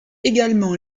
également